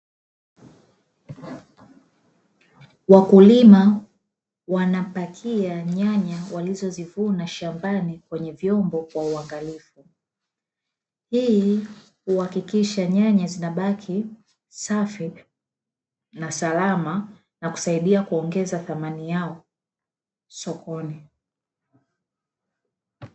Wakulima wanapakia nyanya walizozivuna shambani kwenye vyombo kwa uangalifu, ili kuhakikisha nyanya zinabaki safi na salama na kusaidia kuongeza thamani yao sokoni.